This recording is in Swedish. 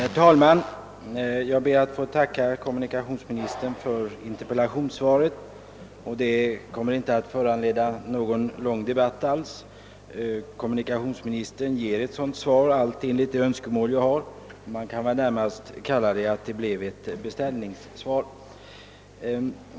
Herr talman! Jag ber att få tacka kommunikationsministern för svaret på min interpellation. Det kommer inte att föranleda någon längre debatt, eftersom svaret står helt i överensstämmelse med mina önskemål. Man kan närmast kalla det för ett beställningssvar.